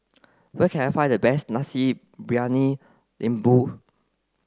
where can I find the best Nasi Briyani Lembu